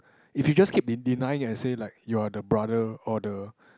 if you just keep de~ denying and say like you're the brother or the